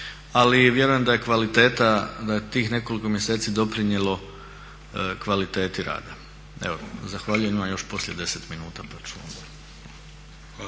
ali vjerujem da je kvaliteta, da je tih nekoliko mjeseci doprinijelo kvaliteti rada. Evo zahvaljujem. Imam još poslije 10 minuta